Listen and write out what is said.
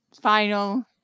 final